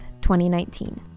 2019